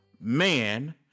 man